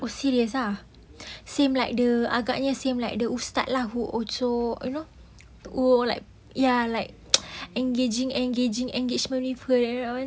oh serious ah same like the agaknya same like the ustaz lah who also you know who like ya like engaging engaging engaging engagement with her that one